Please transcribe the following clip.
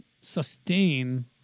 sustain